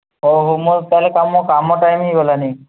ହେଉ ହେଉ ମୋର ତାହେଲେ କାମ କାମ ଟାଇମ୍ ହୋଇଗଲାଣି